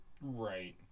right